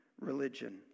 religion